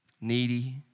Needy